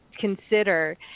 consider